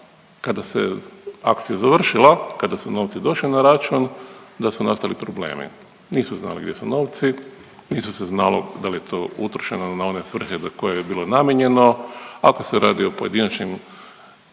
kada se akcija završila, kada su novci došli na račun, da su nastali problemi. Nisu znali gdje su novce, nisu se znalo da li je to utrošena na one svrhe na koje je bilo namijenjeno. Ako se radi o pojedinačnim